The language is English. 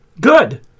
Good